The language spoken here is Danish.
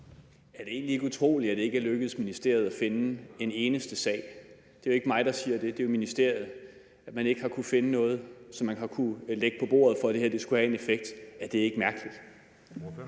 Er det egentlig ikke utroligt, at det ikke er lykkedes ministeriet at finde eneste sag – det er jo ikke mig, der siger det, det er ministeriet – at lægge på bordet, som det her skulle have en effekt på? Er det ikke mærkeligt?